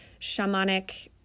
shamanic